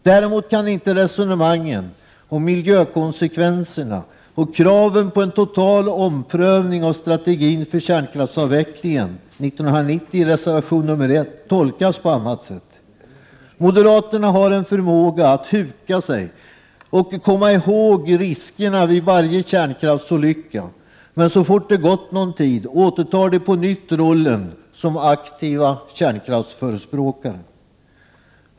Däremot kan inte resonemangen om miljökonsekvenserna och kraven på en total omprövning av strategin för kärnkraftsavvecklingen 1990 i reservation nr 1 tolkas på annat sätt. Moderaterna har en förmåga att huka sig och komma ihåg riskerna vid varje kärnkraftsolycka, men så fort det gått någon tid återtar de på nytt rollen som aktiva kärnkraftsförespråkare.